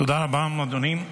תודה רבה, אדוני.